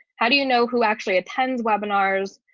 how do you know who actually attend webinars?